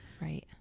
right